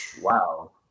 Wow